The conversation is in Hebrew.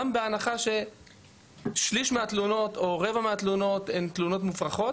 גם בהנחה ששליש מהתלונות או רבע מהתלונות הן תלונות מופרכות,